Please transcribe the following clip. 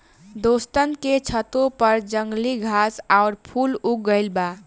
दोस्तन के छतों पर जंगली घास आउर फूल उग गइल बा